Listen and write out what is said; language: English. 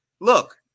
look